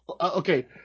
okay